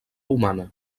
humana